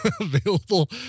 available